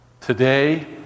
today